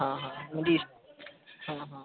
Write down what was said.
हा हा म्हणजे हा हा